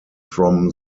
from